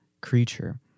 creature